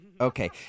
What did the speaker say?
Okay